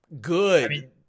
Good